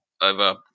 Over